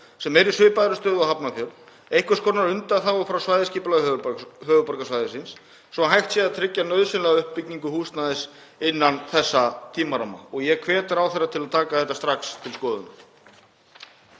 sem eru í svipaðri stöðu og Hafnarfjörður einhvers konar undanþágu frá svæðisskipulagi höfuðborgarsvæðisins svo hægt sé að tryggja nauðsynlega uppbyggingu húsnæðis innan þessa tímaramma og ég hvet ráðherra til að taka þetta strax til skoðunar.